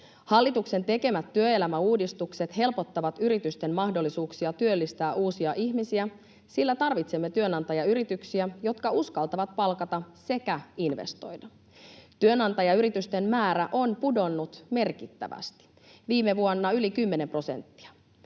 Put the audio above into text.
Hallituksen tekemät työelämäuudistukset helpottavat yritysten mahdollisuuksia työllistää uusia ihmisiä, sillä tarvitsemme työnantajayrityksiä, jotka uskaltavat palkata sekä investoida. Työnantajayritysten määrä on pudonnut merkittävästi, viime vuonna yli kymmenen prosenttia.